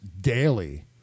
daily